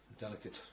delicate